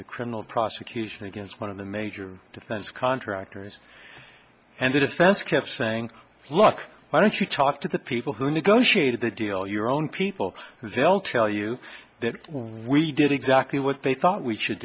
a criminal prosecution against one of the major defense contractors and the defense kept saying look why don't you talk to the people who negotiated the deal your own people they'll tell you that we did exactly what they thought we should